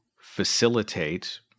facilitate